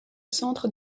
centre